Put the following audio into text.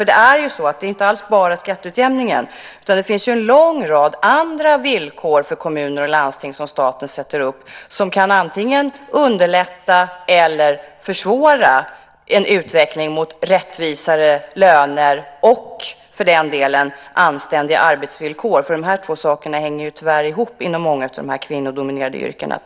Det gäller ju inte alls enbart skatteutjämningen, utan staten sätter också upp en lång rad andra villkor för kommuner och landsting, vilka antingen kan underlätta eller försvåra en utveckling mot rättvisare löner - och för den delen också mot anständiga arbetsvillkor, eftersom de två sakerna tyvärr hänger ihop inom många av de kvinnodominerade yrkena.